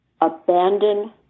abandon